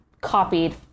copied